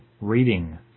reading